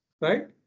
right